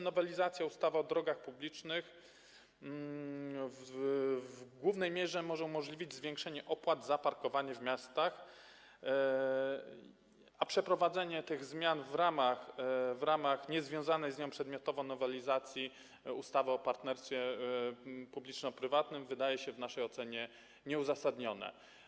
Nowelizacja ustawy o drogach publicznych w głównej mierze może umożliwić zwiększenie opłat za parkowanie w miastach, a przeprowadzenie tych zmian w ramach niezwiązanej z nią przedmiotowo nowelizacji ustawy o partnerstwie publiczno-prywatnym wydaje się, w naszej ocenie, nieuzasadnione.